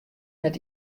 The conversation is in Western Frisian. net